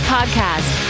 Podcast